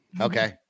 Okay